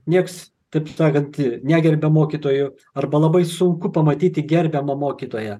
nieks taip sakant negerbia mokytojų arba labai sunku pamatyti gerbiamą mokytoją